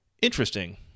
Interesting